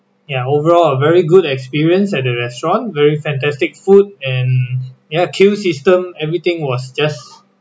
ya overall a very good experience at the restaurant very fantastic food and ya queue system everything was just